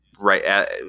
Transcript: right